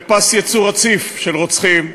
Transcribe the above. בפס ייצור רציף של רוצחים,